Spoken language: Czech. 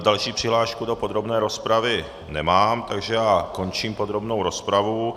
Další přihlášku do podrobné rozpravy nemám, takže končím podrobnou rozpravu.